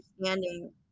understanding